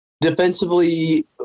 defensively